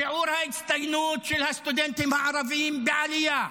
שיעור ההצטיינות של הסטודנטים הערבים בעלייה,